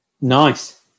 Nice